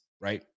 right